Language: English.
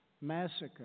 massacre